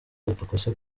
udukosa